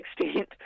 extent